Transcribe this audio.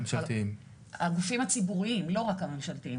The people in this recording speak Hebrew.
לא רק הממשלתיים.